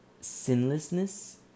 sinlessness